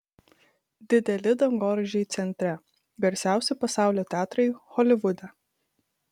dideli dangoraižiai centre garsiausi pasaulio teatrai holivude